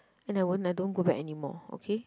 and I won't I don't go back anymore okay